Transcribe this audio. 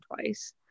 twice